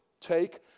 Take